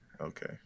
Okay